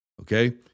Okay